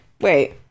Wait